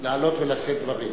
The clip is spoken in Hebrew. לעלות ולשאת דברים.